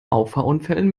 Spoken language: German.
auffahrunfällen